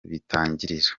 bitangirira